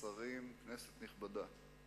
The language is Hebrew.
שרים, כנסת נכבדה,